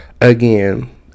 again